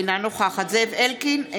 אינה נוכחת זאב אלקין,